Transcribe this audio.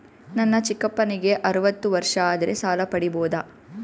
ನನ್ನ ಚಿಕ್ಕಪ್ಪನಿಗೆ ಅರವತ್ತು ವರ್ಷ ಆದರೆ ಸಾಲ ಪಡಿಬೋದ?